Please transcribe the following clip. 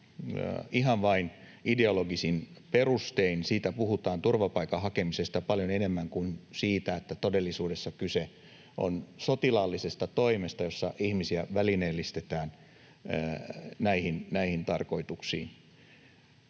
ihan vain ideologisin perustein, ja turvapaikanhakemisesta puhutaan paljon enemmän kuin siitä, että todellisuudessa kyse on sotilaallisesta toimesta, jossa ihmisiä välineellistetään näihin tarkoituksiin.